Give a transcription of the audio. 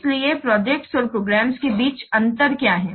इसलिए प्रोजेक्ट्स और प्रोग्राम्स के बीच अंतर क्या है